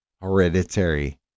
Hereditary